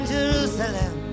Jerusalem